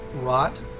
rot